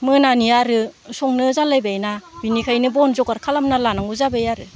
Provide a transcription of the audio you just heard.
मोनानि आरो संनो जालायबायना बेनिखायनो बन जगार खालामना लानांगौ जाबाय आरो